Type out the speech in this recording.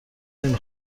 نمی